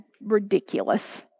ridiculous